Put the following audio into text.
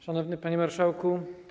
Szanowny Panie Marszałku!